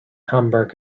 hamburg